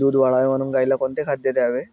दूध वाढावे म्हणून गाईला कोणते खाद्य द्यावे?